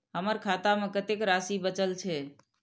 हमर खाता में कतेक राशि बचल छे?